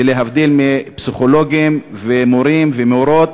להבדיל מפסיכולוגים ומורים ומורות,